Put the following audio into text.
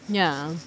ya